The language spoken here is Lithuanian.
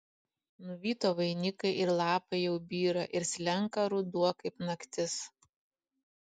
nuvyto vainikai ir lapai jau byra ir slenka ruduo kaip naktis